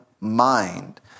mind